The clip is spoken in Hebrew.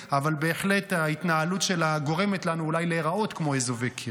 אבל בהחלט ההתנהלות שלה גורמת לנו אולי להיראות כמו אזובי קיר.